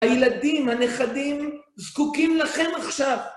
הילדים, הנכדים, זקוקים לכם עכשיו.